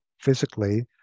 physically